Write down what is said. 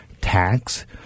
tax